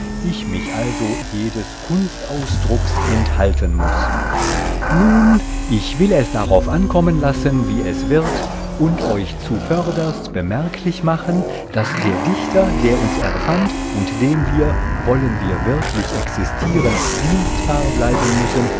ich mich also jedes kunstausdrucks enthalten muß nun ich will es darauf ankommen lassen wie es wird und euch zuvörderst bemerklich machen daß der dichter der uns erfand und dem wir wollen wir wirklich existieren dienstbar bleiben müssen